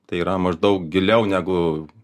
tai yra maždaug giliau negu